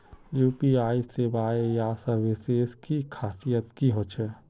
UPI सेवाएँ या services की खासियत की होचे?